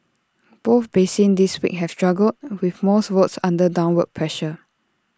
both basins this week have struggled with most routes under downward pressure